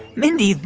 mindy,